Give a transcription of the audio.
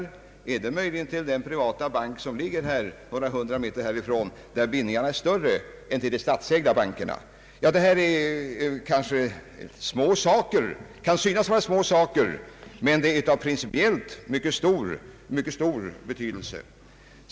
Är möjligen bindningarna större till den privata bank som ligger några hundra meter härifrån än till de statsägda bankerna? Detta kanske kan synas vara ganska små saker, men de är av mycket stor principiell betydelse.